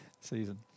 season